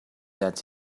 that